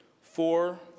four